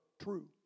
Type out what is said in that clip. true